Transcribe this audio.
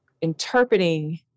interpreting